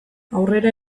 aurrera